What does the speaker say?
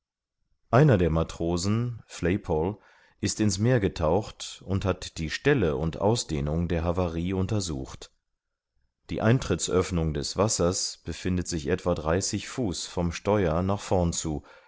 einer der matrosen flaypol ist in's meer getaucht und hat die stelle und ausdehnung der havarie untersucht die eintrittsöffnung des wassers befindet sich etwa dreißig fuß vom steuer nach vorn zu